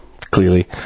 clearly